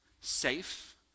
safe